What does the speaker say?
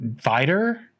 fighter